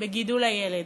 בגידול הילד.